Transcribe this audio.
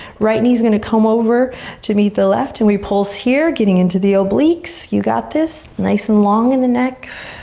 right knee's gonna come over to meet the left and we pulse here getting into the obliques, you got this, nice and long in the neck.